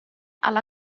alla